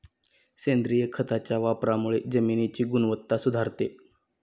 सेंद्रिय खताच्या वापरामुळे जमिनीची गुणवत्ता सुधारते